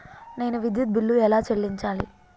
నేను విద్యుత్ బిల్లు ఎలా చెల్లించాలి?